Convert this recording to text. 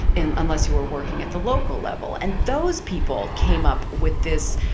and unless you were working at the local level and those people came up with this.